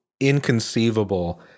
inconceivable